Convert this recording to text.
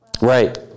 Right